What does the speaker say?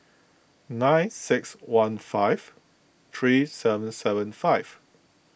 nine six one five three seven seven five